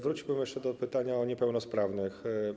Wróćmy jeszcze do pytania o niepełnosprawnych.